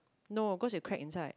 no cause it crack inside